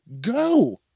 go